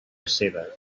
seva